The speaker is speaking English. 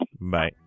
Bye